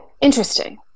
Interesting